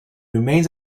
remains